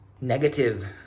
negative